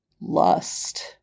lust